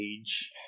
age